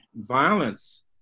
violence